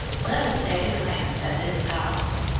let us take a glance at this scotland,